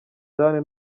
jane